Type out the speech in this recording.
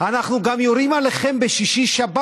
אנחנו גם יורים עליכם בשישי-שבת,